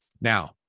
Now